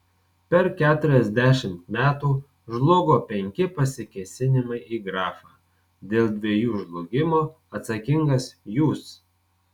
per keturiasdešimt metų žlugo penki pasikėsinimai į grafą dėl dviejų žlugimo atsakingas jūs